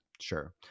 Sure